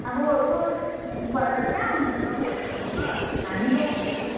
अब सरले यस्तो भन्नु भएर कहाँ हुन्छ त हौ अन्त सर हामी लोकलहरू